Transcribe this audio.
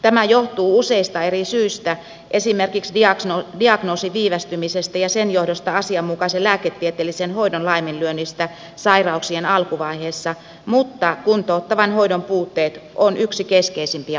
tämä johtuu useista eri syistä esimerkiksi diagnoosin viivästymisestä ja sen johdosta asianmukaisen lääketieteellisen hoidon laiminlyönnistä sairauksien alkuvaiheessa mutta kuntouttavan hoidon puutteet ovat yksi keskeisimpiä osatekijöitä